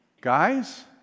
Guys